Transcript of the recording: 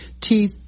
teeth